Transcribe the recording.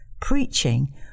preaching